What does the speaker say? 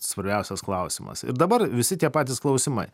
spręstas klausimas ir dabar visi tie patys klausimai